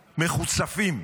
מחוצפים,